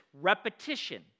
repetition